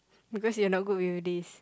because you're not good with this